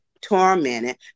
tormented